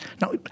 Now